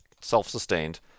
self-sustained